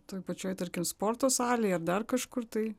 toj pačioj tarkim sporto salėj ar dar kažkur tai